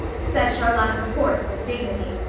said charlotta the fourth with dignity.